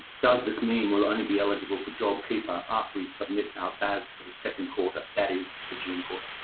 does this mean we'll only be eligible for jobkeeper after we submit our bas for the second quarter, that is the june quarter?